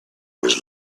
was